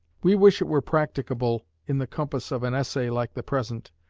we wish it were practicable in the compass of an essay like the present,